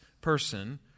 person